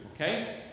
Okay